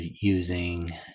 using